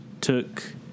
took